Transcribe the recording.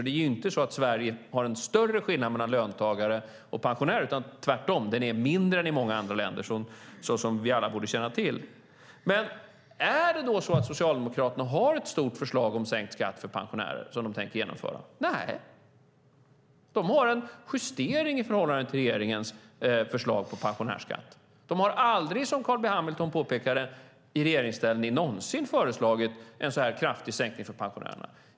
Det är inte så att vi i Sverige har en större skillnad mellan löntagare och pensionärer, utan den är tvärtom mindre än i många andra länder, som vi alla borde känna till. Är det då så att Socialdemokraterna har ett stort förslag om sänkt skatt för pensionärer som de tänker genomföra? Nej, de har en justering i förhållande till regeringens förslag till pensionärsskatt. De har aldrig, som Carl B Hamilton påpekade, i regeringsställning någonsin föreslagit en så här kraftig sänkning för pensionärerna.